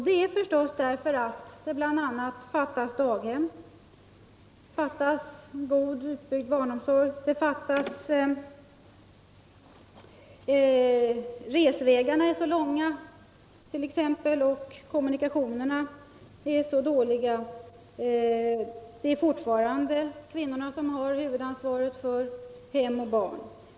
Det är förstås bl.a. därför att det fattas daghem, det fattas god utbyggd barnomsorg, resvägarna är så långa och kommunikationerna så dåliga. Det är fortfarande kvinnorna som har huvudansvaret för hem och barn.